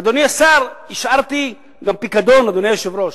אדוני השר, אדוני היושב-ראש,